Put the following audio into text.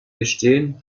gestehen